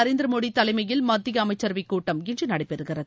நரேந்திர மோடி தலைமையில் மத்திய அமைச்சரவைக் கூட்டம் இன்று நடைபெறுகிறது